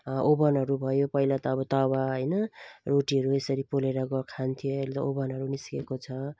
ओभनहरू भयो पहिला त अब तावा होइन रोटीहरू यसरी पोलेर ग खान्थे अहिले ओभनहरू निस्केको छ